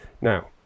Now